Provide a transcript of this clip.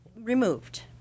removed